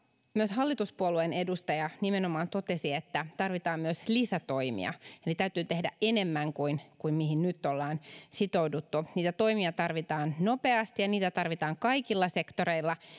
hallituspuolueen edustaja nimenomaan totesi että tarvitaan myös lisätoimia eli täytyy tehdä enemmän kuin kuin mihin nyt ollaan sitouduttu niitä toimia tarvitaan nopeasti ja niitä tarvitaan kaikilla sektoreilla